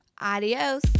Adios